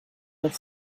with